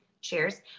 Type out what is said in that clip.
cheers